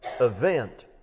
event